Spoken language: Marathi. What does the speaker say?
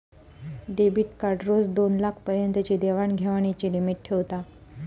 डेबीट कार्ड रोज दोनलाखा पर्यंतची देवाण घेवाणीची लिमिट ठेवता